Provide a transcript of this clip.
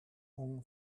own